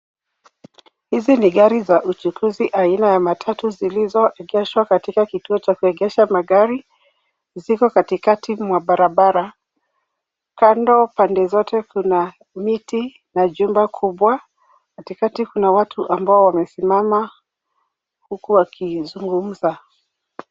Hizi ni gari za uchukuzi aina ya matatu zilizoegeshwa katika kituo cha kuegesha magari. Ziko katikati mwa barabara. Kando pande zote kuna miti na jumba kubwa. Katikati kuna watu ambao wamesimama huku wakizungumza.